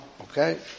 Okay